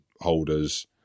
holders